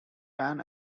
pan